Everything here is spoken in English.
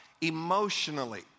emotionally